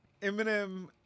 Eminem